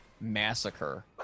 massacre